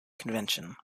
convention